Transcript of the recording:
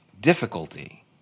difficulty